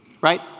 right